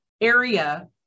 area